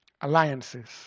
alliances